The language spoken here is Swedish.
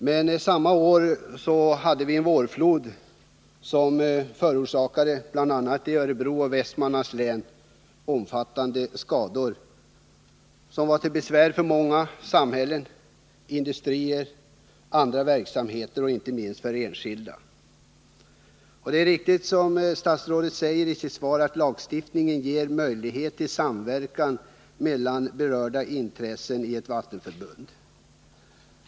Men samma år hade vi en vårflod som bl.a. i Örebro och Västmanlands län förorsakade omfattande skador till besvär för många: samhällen, industrier, andra verksamheter och inte minst enskilda människor. Det är riktigt som statsrådet säger i sitt svar, att lagstiftningen ger möjlighet till samverkan mellan berörda intressen i ett vattenförbund.